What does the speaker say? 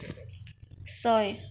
ছয়